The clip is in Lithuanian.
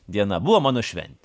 diena buvo mano šventė